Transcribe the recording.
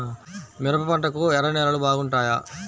మిరప పంటకు ఎర్ర నేలలు బాగుంటాయా?